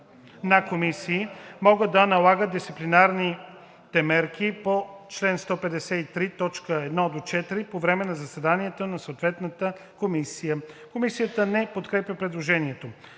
на комисии могат да налагат дисциплинарните мерки по чл. 153, т. 1 – 4 по време на заседание на съответната комисия.“ Комисията не подкрепя предложението.